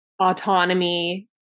autonomy